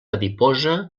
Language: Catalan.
adiposa